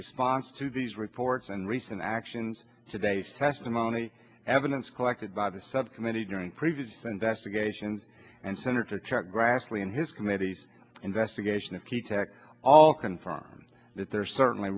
response to these reports and recent actions today's testimony evidence collected by the subcommittee during previous investigations and senator chuck grassley in his committee's investigation of key tech all confirm that there is certainly